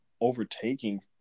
overtaking